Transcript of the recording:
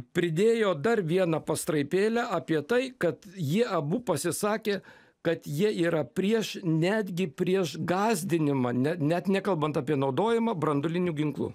pridėjo dar vieną pastraipėlę apie tai kad jie abu pasisakė kad jie yra prieš netgi prieš gąsdinimą ne net nekalbant apie naudojimą branduolinių ginklų